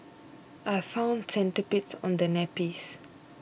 I found centipedes on the nappies